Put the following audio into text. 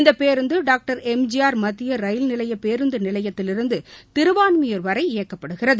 இந்த பேருந்து doctor M G R மத்திய ரயில் நிலைய பேருந்து நிலையத்திலிருந்து திருவான்மியூர் வரை இயக்கப்படுகிறது